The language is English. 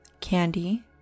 candy